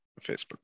Facebook